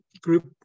group